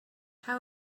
how